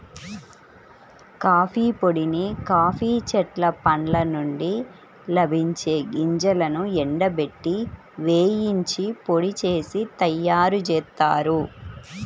coffee పొడిని coffee చెట్ల పండ్ల నుండి లభించే గింజలను ఎండబెట్టి, వేయించి పొడి చేసి తయ్యారుజేత్తారు